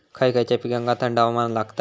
खय खयच्या पिकांका थंड हवामान लागतं?